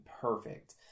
perfect